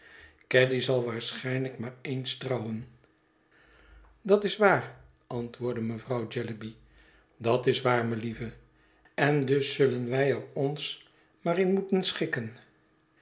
caddy zal waarschijnlijk maar eens trouwen dat is waar antwoordde mevrouw jellyby dat is waar melieve en dus zullen wij er ons maar in moeten schikken